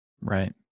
Right